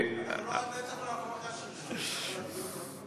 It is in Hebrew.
לא הבנו את השרשור, אתה יכול להסביר אותו עוד פעם?